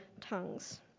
tongues